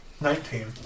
Nineteen